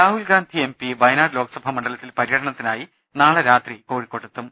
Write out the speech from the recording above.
Rahul Gandhi MP Wayanad Lok Sabha മണ്ഡലത്തിൽ പര്യ ടനത്തിനായി നാളെ രാത്രി കോഴിക്കോട്ടെത്തും